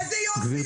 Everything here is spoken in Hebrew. איפה יופי.